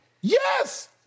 Yes